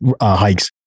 hikes